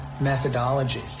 methodology